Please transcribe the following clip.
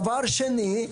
דבר שני,